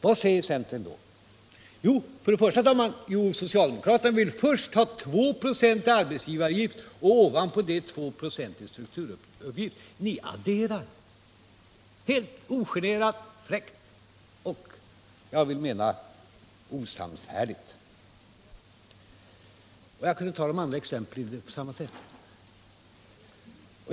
Vad säger centern då? Jo, att socialdemokraterna först vill ha 296 i arbetsgivaravgift och ovanpå detta 2 96 i strukturavgift. Ni adderar helt ogenerat, fräckt och osannfärdigt. Jag kunde ta upp andra exempel på samma sätt.